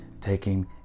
taking